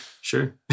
sure